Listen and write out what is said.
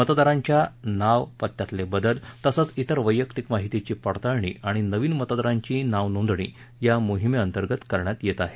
मतदारांच्या नाव पत्यातले बदल तसंच तेर वैयक्तिक माहितीची पडताळणी आणि नवीन मतदारांची नाव नोंदणी या मोहिमेअंतर्गत करण्यात येत आहे